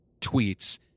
tweets